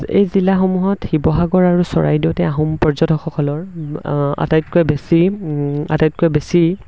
এই জিলাসমূহত শিৱসাগৰ আৰু চৰাইদেউতে আহোম পৰ্যটকসকলৰ আটাইতকৈ বেছি আটাইতকৈ বেছি